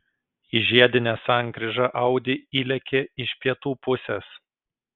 į žiedinę sankryžą audi įlėkė iš pietų pusės